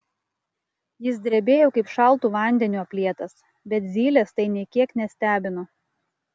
jis drebėjo kaip šaltu vandeniu aplietas bet zylės tai nė kiek nestebino